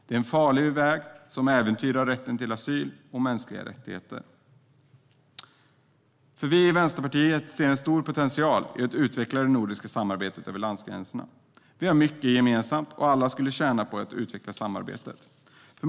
Det är en farlig väg som äventyrar rätten till asyl och mänskliga rättigheter. Vi i Vänsterpartiet ser en stor potential i att utveckla det nordiska samarbetet över landsgränserna. Vi har mycket gemensamt och skulle alla tjäna på att utveckla samarbetet.